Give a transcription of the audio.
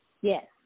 Yes